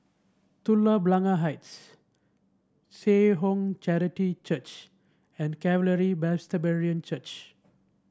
Telok Blangah Heights Seh Ong Charity Church and Calvary Presbyterian Church